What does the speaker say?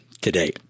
today